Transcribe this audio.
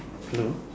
hello